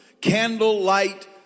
candlelight